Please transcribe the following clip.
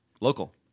local